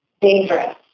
dangerous